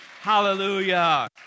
Hallelujah